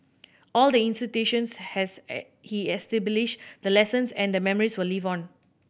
all the institutions has he established the lessons and the memories will live on